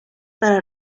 para